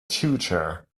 future